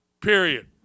Period